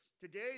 Today